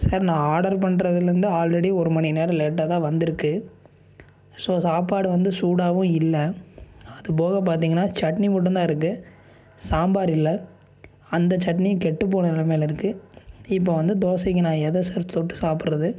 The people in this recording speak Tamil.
சார் நான் ஆர்டர் பண்ணுறதுலேர்ந்து ஆல்ரெடி ஒரு மணிநேரம் லேட்டாக தான் வந்து இருக்கு ஸோ சாப்பாடு வந்து சூடாகவும் இல்லை அது போக பார்த்திங்கன்னா சட்னி மட்டும்தான் இருக்கு சாம்பார் இல்லை அந்த சட்னியும் கெட்டுப் போன நிலமையில இருக்கு இப்போ வந்து தோசைக்கு நான் எதியா சார் தொட்டு சாப்பிட்றது